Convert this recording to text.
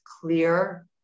clear